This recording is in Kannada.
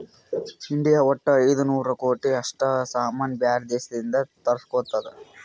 ಇಂಡಿಯಾ ವಟ್ಟ ಐಯ್ದ ನೂರ್ ಕೋಟಿ ಅಷ್ಟ ಸಾಮಾನ್ ಬ್ಯಾರೆ ದೇಶದಿಂದ್ ತರುಸ್ಗೊತ್ತುದ್